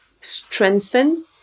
strengthen